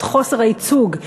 את חוסר הייצוג,